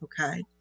Okay